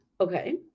Okay